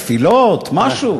תפילות, משהו.